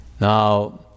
Now